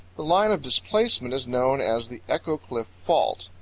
the line of displacement is known as the echo cliff fault.